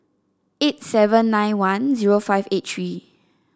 eight seven nine one zero five eight three